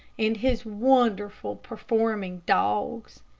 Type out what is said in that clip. and his wonderful performing dogs.